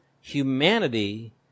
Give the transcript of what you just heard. humanity